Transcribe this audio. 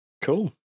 Cool